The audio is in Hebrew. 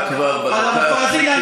אתה כבר בדקה השלישית.